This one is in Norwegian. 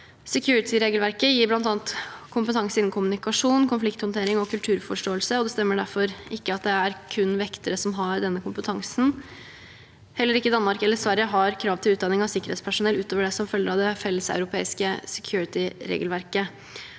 Security-regelverket gir bl.a. kompetanse innen kommunikasjon, konflikthåndtering og kulturforståelse, og det stemmer derfor ikke at det kun er vektere som har denne kompetansen. Heller ikke Danmark eller Sverige har krav til utdanning av sikkerhetspersonell utover det som følger av det felleseuropeiske security-regelverket.